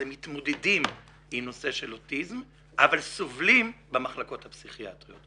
זה מתמודדים עם נושא של אוטיזם אבל סובלים במחלקות הפסיכיאטריות.